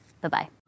Bye-bye